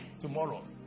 tomorrow